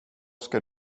ska